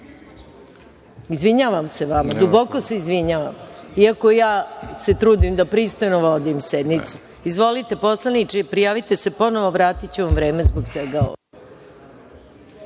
dvoje. Izvinjavam se vama. Duboko se izvinjavam. Iako se trudim da pristojno vodim sednicu. Izvolite poslaniče. Prijavite se ponovo, vratiću vam vreme zbog svega ovoga.I